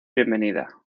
bienvenida